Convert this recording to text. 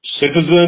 citizen